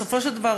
בסופו של דבר,